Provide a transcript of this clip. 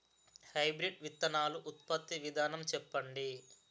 Hybrid విత్తనాలు ఉత్పత్తి విధానం చెప్పండి?